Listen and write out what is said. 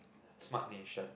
smart nation